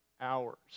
hours